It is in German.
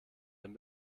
dem